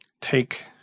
take